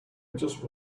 just